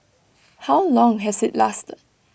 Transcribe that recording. how long has IT lasted